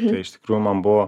tai iš tikrų man buvo